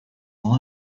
all